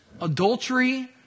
adultery